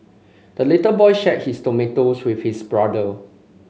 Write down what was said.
the little boy shared his tomatoes with his brother